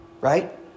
right